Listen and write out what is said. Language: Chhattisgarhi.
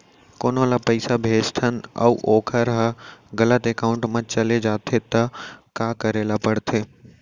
कोनो ला पइसा भेजथन अऊ वोकर ह गलत एकाउंट में चले जथे त का करे ला पड़थे?